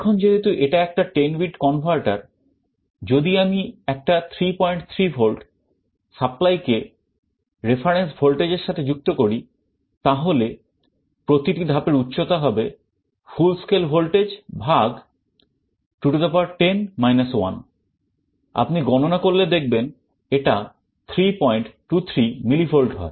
এখন যেহেতু এটা একটা 10 বিট কনভার্টার আপনি গণনা করলে দেখবেন এটা 323 millivolt হয়